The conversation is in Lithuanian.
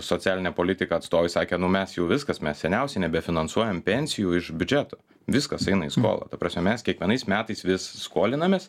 socialinę politiką atstovai sakė nu mes jau viskas mes seniausiai nebefinansuojam pensijų iš biudžeto viskas eina į skolą ta prasme mes kiekvienais metais vis skolinamės